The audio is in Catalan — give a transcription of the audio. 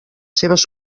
seves